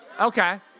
okay